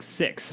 six